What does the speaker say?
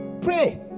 Pray